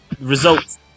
results